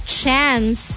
chance